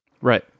Right